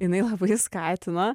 jinai labai skatino